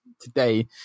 today